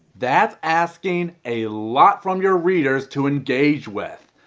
that's asking a lot from your readers to engage with.